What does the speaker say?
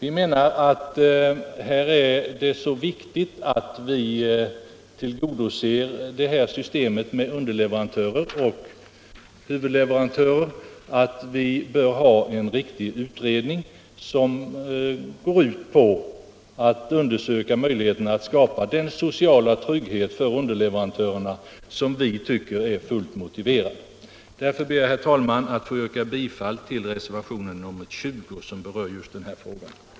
Vi menar att det är så viktigt att man tillgodoser systemet med underleverantörer och huvudleverantörer att en särskild utredning bör tillsättas med uppgift att undersöka möjligheterna att skapa den sociala trygghet för underleverantörerna som vi anser vara fullt motiverad. Därför ber jag, herr talman, att få yrka bifall till reservationen 20 som berör just den här frågan.